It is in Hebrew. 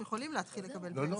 הם יכולים להתחיל לקבל פנסיה.